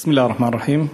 בסם אללה א-רחמאן א-רחים.